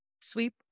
Sweep